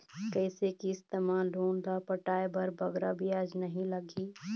कइसे किस्त मा लोन ला पटाए बर बगरा ब्याज नहीं लगही?